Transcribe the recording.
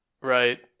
right